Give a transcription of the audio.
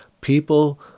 People